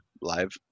live